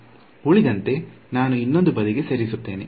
ಉಳಿದಂತೆ ನಾನು ಇನ್ನೊಂದು ಬದಿಗೆ ಸರಿಸುತ್ತೇನೆ